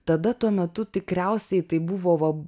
tada tuo metu tikriausiai tai buvo